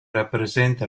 rappresenta